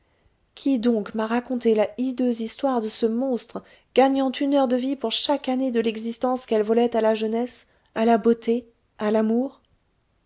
qui donc m'a raconté la hideuse histoire de ce monstre gagnant une heure de vie pour chaque année de l'existence qu'elle volait à la jeunesse à la beauté à l'amour